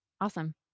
awesome